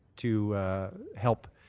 to help